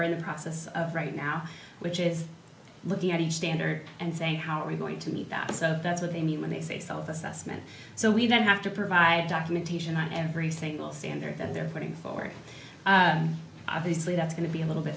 we're in the process of right now which is looking at each standard and say how are we going to meet that is of that's what they need when they say self assessment so we don't have to provide documentation on every single standard that they're putting forward obviously that's going to be a little bit